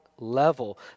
level